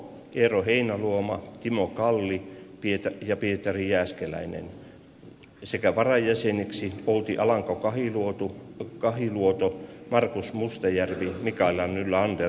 eero heinäluoma timo kalli tietä ja varajäseniksi outi alanko kahiluoto kahiluoto markus mustajärvi mikaela nylander